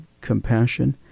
compassion